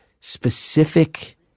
specific